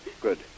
Good